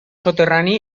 soterrani